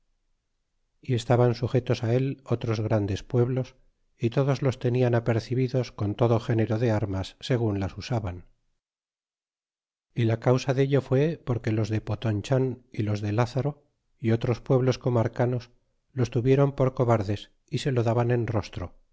y estaban sujetos á él otros grandes pueblos y todos los tenian apercibidos con todo género de armas segun las usaban y la causa dello fijé porque los de potonchan y los de lázaro y otros pueblos comarcanos los tuvieron por cobardes y se lo daban en rostro